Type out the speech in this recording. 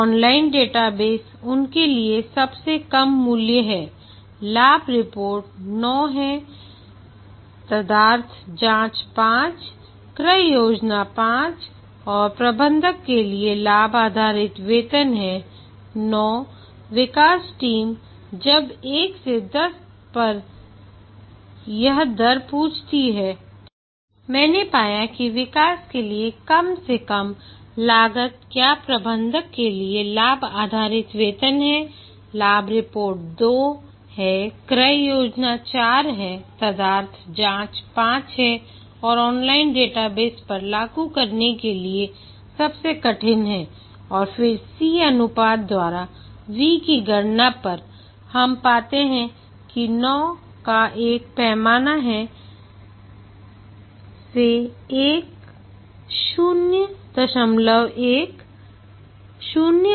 online database उनके लिए सबसे कम मूल्य है लाभ रिपोर्ट 9 है तदर्थ जांच 5 क्रय योजना 5 और प्रबंधक के लिए लाभ आधारित वेतन है 9 विकास टीम जब 1 से 10 पर यह दर पूछती है तो मैंने पाया कि विकास के लिए कम से कम लागत क्या प्रबंधक के लिए लाभ आधारित वेतन है लाभ रिपोर्ट 2 है क्रय योजना 4 है तदर्थ जांच 5 है और ऑनलाइन डेटाबेस पर लागू करने के लिए सबसे कठिन है और फिर C अनुपात द्वारा Vकी गणना पर हम पाते हैं कि 9 का एक पैमाना है से 1 01 011